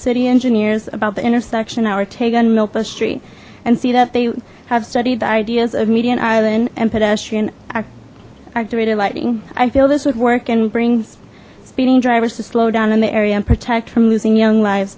city engineers about the intersection our tagging milpa street and see that they have studied the ideas of median island and pedestrian activated lighting i feel this would work and brings speeding drivers to slow down in the area and protect from losing young li